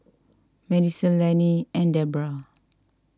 Madyson Lannie and Debrah